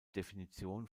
definition